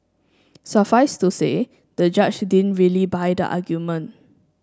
suffice to say the judge didn't really buy the argument